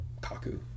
Kaku